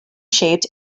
shaped